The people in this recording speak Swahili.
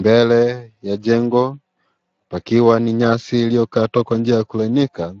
Mbele yaw jengo pakiwa ni nyasi iliyokatwa Kwa njia ya kulainika